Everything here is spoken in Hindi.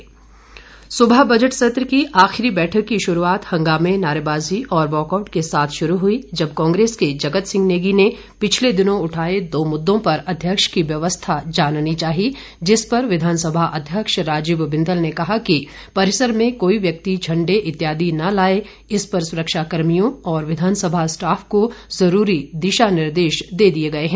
विधानसभा हंगामा सुबह बजट सत्र की आखिरी बैठक की शुरूआत हंगामे नारेबाजी और वाकआउट के साथ हुई जब कांग्रेस के जगत सिंह नेगी ने पिछले दिनों उठाए दो मुददों पर अध्यक्ष की व्यवस्था जाननी चाहिए जिस पर विधानसभा अध्यक्ष राजीव बिंदल ने कहा कि परिसर में कोई व्यक्ति झंडे इत्यादि न लाए इस पर सुरक्षा कर्मियों व विधानसभा स्टाफ को जरूरी दिशा निर्देश दे दिए गए हैं